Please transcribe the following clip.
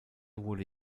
wurde